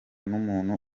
n’umuntu